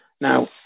Now